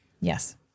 Yes